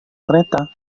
kereta